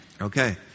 Okay